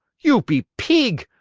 you be peeg!